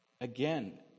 Again